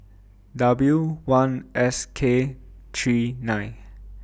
W one S K three nine